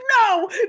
no